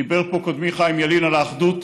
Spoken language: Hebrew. ודיבר פה קודמי חיים ילין על האחדות: